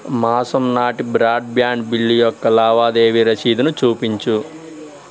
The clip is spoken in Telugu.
మాసం నాటి బ్రాడ్బ్యాండ్ బిల్లు యొక్క లావాదేవీ రసీదును చూపించు